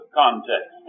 context